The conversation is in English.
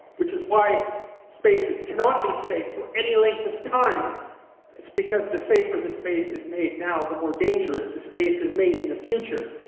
which is why spaces cannot be safe for any length of time i'ts because the safer the space is made now, the more dangerous the space is made in the future.